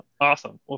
Awesome